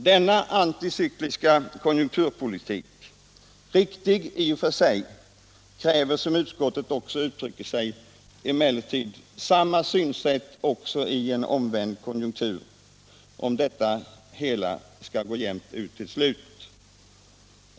Denna anticykliska konjukturpolitik — riktig i och för sig — kräver emellertid, som utskottet uttrycker sig, samma synsätt också i en omvänd konjunktur, om det hela skall gå jämnt ut till slut.